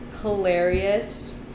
hilarious